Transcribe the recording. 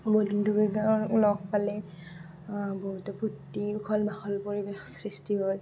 বন্ধুবৰ্গৰ লগ পালে বহুতো ফূৰ্তি ওখল মাখল পৰিৱেশ সৃষ্টি হয়